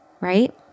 right